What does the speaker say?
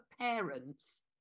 parents